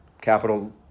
capital